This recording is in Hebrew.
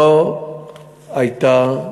לא הייתה,